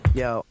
yo